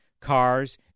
cars